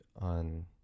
on